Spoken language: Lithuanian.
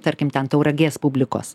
tarkim ten tauragės publikos